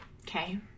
Okay